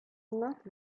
not